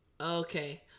okay